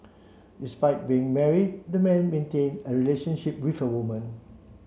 despite being married the man maintained a relationship with the woman